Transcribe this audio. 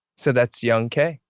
so that's young k.